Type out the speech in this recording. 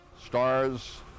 Stars